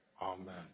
Amen